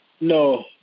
No